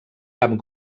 cap